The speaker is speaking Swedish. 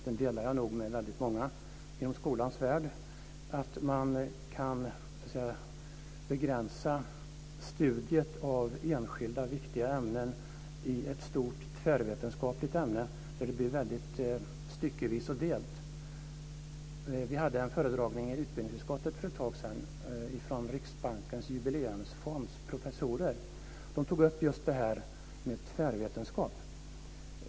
Jag delar en tveksamhet med många inom skolans värld till att man kan begränsa studiet av enskilda viktiga ämnen i ett stort tvärvetenskapligt ämne. Det blir väldigt "styckevis och delt". Vi hade en föredragning i utbildningsutskottet för ett tag sedan av professorer från Riksbankens jubileumsfond. De tog upp frågan om tvärvetenskap.